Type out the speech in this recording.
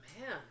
Man